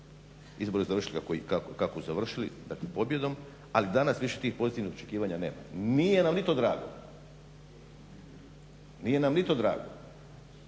Izbori su završili kako su završili dakle pobjedom ali danas više tih pozitivnih očekivanja nema. Nije nam ni to drago. Ja vam iskreno